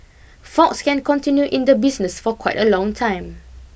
Fox can continue in the business for quite a long time